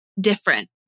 different